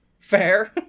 Fair